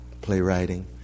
playwriting